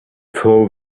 told